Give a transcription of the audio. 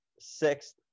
sixth